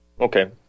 Okay